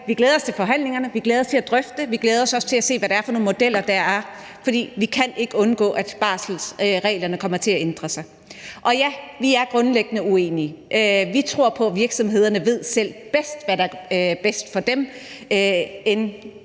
Vi glæder os til forhandlingerne, vi glæder os til at drøfte det, vi glæder os også til at se, hvad det er for nogle modeller, der er, for vi kan ikke undgå, at barselsreglerne kommer til at ændres. Og ja, vi er grundlæggende uenige. Vi tror mere på, at virksomhederne selv bedst ved, hvad der er bedst for dem, end